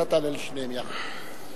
אתה תענה לשניהם יחד.